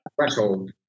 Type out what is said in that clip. threshold